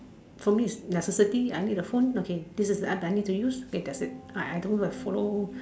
for me is necessity I need a phone okay this is I need to use okay that's it I I I don't like follow